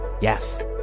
yes